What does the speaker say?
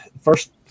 first